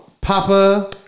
papa